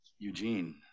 Eugene